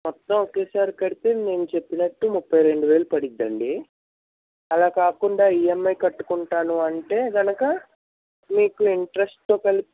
మొత్తం ఒక్క సారి కడితే మేము చెప్పినట్టు ముప్పై రెండు వేలు పడుతుందండి అలా కాకుండా ఇఎంఐ కట్టుకుంటాను అంటే కనుక మీకు ఇంట్రెస్ట్తో కలి